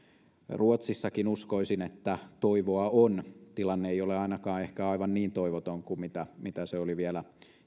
uskoisin että ruotsissakin toivoa on tilanne ei ehkä ole ainakaan aivan niin toivoton kuin mitä mitä se oli vielä